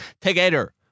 together